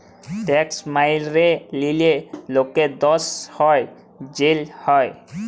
tax ম্যাইরে লিলে লকের দস হ্যয় জ্যাল হ্যয়